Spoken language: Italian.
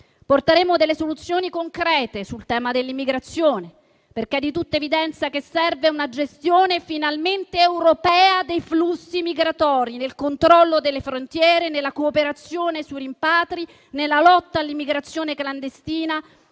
Porteremo delle soluzioni concrete sul tema dell'immigrazione, perché è di tutta evidenza che serve una gestione finalmente europea dei flussi migratori, nel controllo delle frontiere, nella cooperazione sui rimpatri, nella lotta all'immigrazione clandestina,